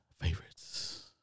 favorites